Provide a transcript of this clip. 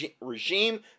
regime